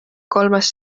kolmest